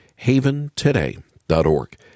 haventoday.org